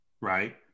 right